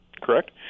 Correct